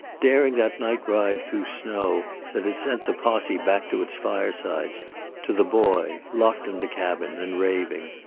daring that night ride through snow that had sent the posse back to its firesides to the boy, locked in the cabin and raving.